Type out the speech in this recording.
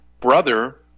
brother